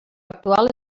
actual